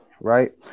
right